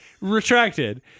Retracted